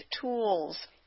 tools